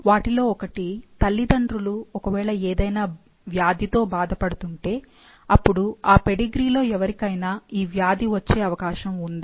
వాటిలో ఒకటి తల్లిదండ్రులు ఒకవేళ ఏదైనా వ్యాధితో బాధపడుతుంటే అపుడు ఆ పెడిగ్రీలో ఎవరికైనా ఈ వ్యాధి వచ్చే అవకాశం ఉందా